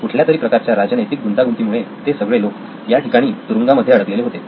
कुठल्यातरी प्रकारच्या राजनैतिक गुंतागुंतीमुळे ते सगळे लोक या ठिकाणी तुरुंगामध्ये अडकलेले होते